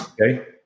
Okay